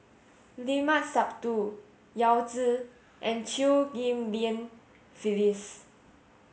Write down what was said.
Limat Sabtu Yao Zi and Chew Ghim Lian Phyllis